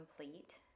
complete